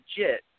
legit